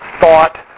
thought